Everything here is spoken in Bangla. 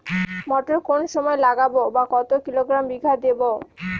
মটর কোন সময় লাগাবো বা কতো কিলোগ্রাম বিঘা দেবো?